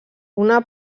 una